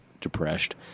depressed